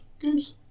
games